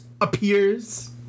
appears